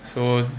so